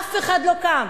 אף אחד לא קם.